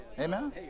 amen